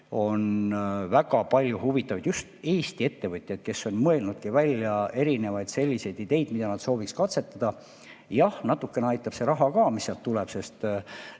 on väga palju huvitavaid Eesti ettevõtjaid, kes on mõelnudki välja erinevaid selliseid ideid, mida nad sooviks katsetada. Jah, natukene aitab see raha ka, mis sealt tuleb, sest